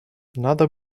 надо